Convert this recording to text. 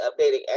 updating